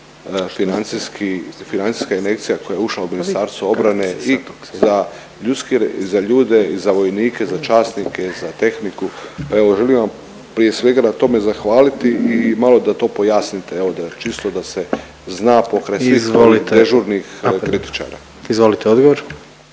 financijska injekcija koja je ušla u Ministarstvo obrane i za ljudski… i za ljude, za vojnike, za časnike, za tehniku. Evo želim vam prije svega na tome zahvaliti i malo da to pojasnite evo da čisto da se zna pokraj svih ovih dežurnih kritičara. **Jandroković,